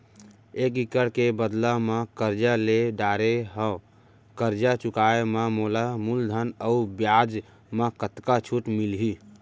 एक एक्कड़ के बदला म करजा ले डारे हव, करजा चुकाए म मोला मूलधन अऊ बियाज म कतका छूट मिलही?